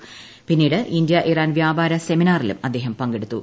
ഷിന്നീട് India Iran വ്യാപാര സെമിനാറിലും അദ്ദേഹം പ്ങ്കെടുത്തു